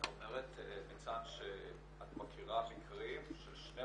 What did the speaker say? את אומרת, ניצן, שאת מכירה מקרים של 12